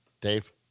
Dave